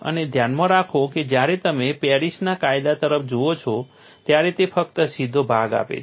અને ધ્યાનમાં રાખો કે જ્યારે તમે પેરિસના કાયદા તરફ જુઓ છો ત્યારે તે ફક્ત સીધો ભાગ આપે છે